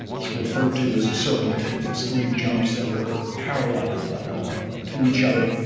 it's referred to as a serpentine. it's three jumps that are parallel to each other.